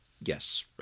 Yes